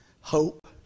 hope